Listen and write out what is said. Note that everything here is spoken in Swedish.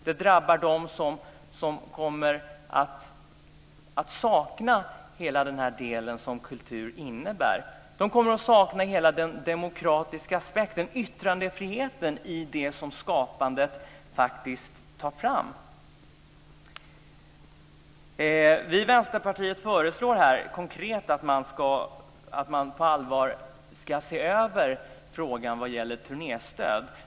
Det drabbar dem som kommer att sakna allt det som kultur innebär. De kommer att sakna hela den demokratiska aspekten, yttrandefriheten, i det som skapandet faktiskt tar fram. Vi i Vänsterpartiet föreslår konkret att man på allvar ska se över frågan om turnéstöd.